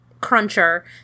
cruncher